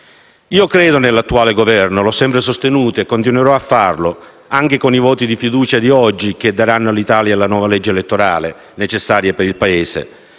Io credo nell'attuale Governo, l'ho sempre sostenuto e continuerò a sostenerlo, anche con i voti di fiducia di oggi che daranno all'Italia una nuova legge elettorale, necessaria per il Paese.